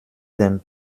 dem